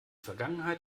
vergangenheit